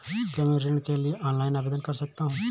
क्या मैं ऋण के लिए ऑनलाइन आवेदन कर सकता हूँ?